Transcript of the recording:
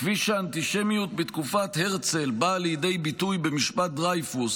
כפי שאנטישמיות בתקופת הרצל באה לידי ביטוי במשפט דרייפוס